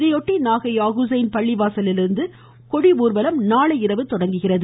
இதையொட்டி நாகை யாஹுசைன் பள்ளி வாசலிலிருந்து கொடி ஊர்வலம் நாளை இரவு தொடங்குகிறது